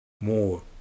more